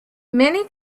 many